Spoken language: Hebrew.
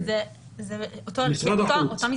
משרד החוץ.